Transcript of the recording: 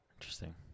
Interesting